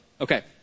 Okay